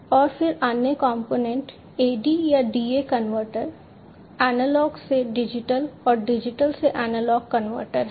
और फिर अन्य कंपोनेंट AD या DA कनवर्टर एनालॉग से डिजिटल और डिजिटल से एनालॉग कनवर्टर है